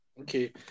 okay